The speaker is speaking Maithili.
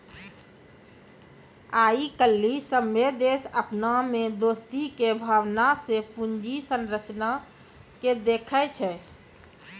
आइ काल्हि सभ्भे देश अपना मे दोस्ती के भावना से पूंजी संरचना के देखै छै